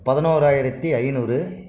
பதினோறாயிரத்தி ஐநூறு